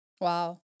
Wow